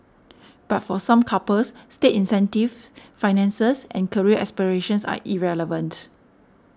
but for some couples state incentives finances and career aspirations are irrelevant